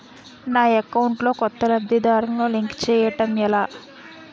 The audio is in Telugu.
నా అకౌంట్ లో కొత్త లబ్ధిదారులను లింక్ చేయటం ఎలా?